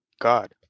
God